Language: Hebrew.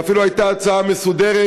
ואפילו הייתה הצעה מסודרת,